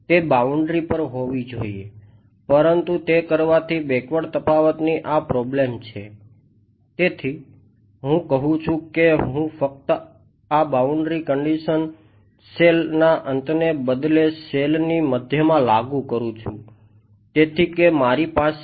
તેથી હું કહું છું કે હું ફક્ત આ બાઉન્ડ્રી થશે